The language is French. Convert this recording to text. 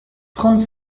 trente